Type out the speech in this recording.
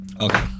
Okay